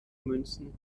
münzen